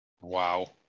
Wow